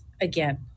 again